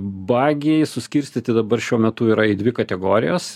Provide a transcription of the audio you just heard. bagiai suskirstyti dabar šiuo metu yra į dvi kategorijas